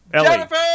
Jennifer